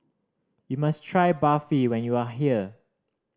you must try Barfi when you are here